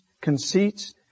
conceits